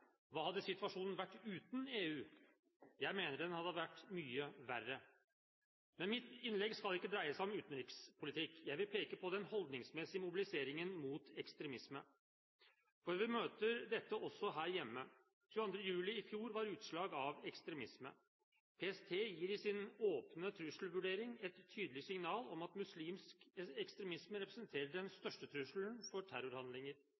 Hva hadde situasjonen vært uten EU? Jeg mener den hadde vært mye verre. Men mitt innlegg skal ikke dreie seg om utenrikspolitikk. Jeg vil peke på den holdningsmessige mobiliseringen mot ekstremisme, for vi møter dette også her hjemme. 22. juli i fjor var utslag av ekstremisme. PST gir i sine åpne trusselvurderinger et tydelig signal om at muslimsk ekstremisme representerer den største trusselen for terrorhandlinger.